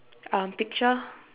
um picture